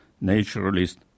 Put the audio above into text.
naturalist